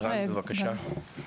ערן, בבקשה.